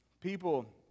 people